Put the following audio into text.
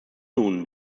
nun